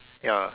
ya